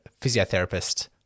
physiotherapist